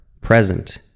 present